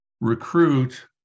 recruit